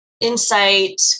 insight